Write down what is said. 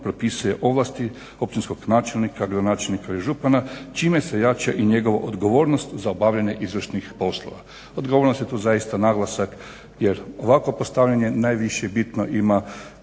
propisuje ovlasti općinskog načelnika, gradonačelnika i župana čime se jača i njegova odgovornost za obavljanje izvršnih poslova. Odgovornost je zaista tu naglasak jer ovakvo postavljanje najviše bitno ima